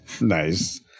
Nice